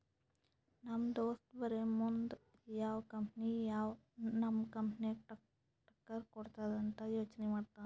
ನಮ್ ದೋಸ್ತ ಬರೇ ಮುಂದ್ ಯಾವ್ ಕಂಪನಿ ನಮ್ ಕಂಪನಿಗ್ ಟಕ್ಕರ್ ಕೊಡ್ತುದ್ ಅಂತ್ ಯೋಚ್ನೆ ಮಾಡ್ತಾನ್